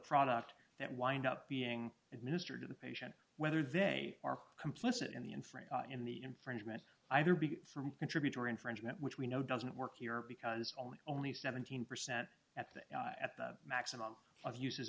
product that wind up being administered to the patient whether they are complicit in the inference in the infringement either be contributory infringement which we know doesn't work here because only only seventeen percent at the at the maximum of uses